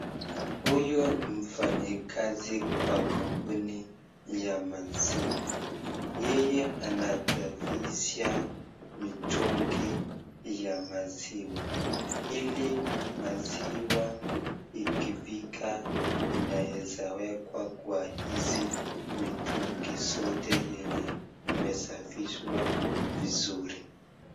Huyu ni mfanyikazi kwa kampuni ya maziwa, yeye anasafisha mitungi ya maziwa ili maziwa ikifika inaeza wekwa kwa hizi mitungi zote yenye imesafishwa vizuri.